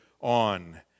on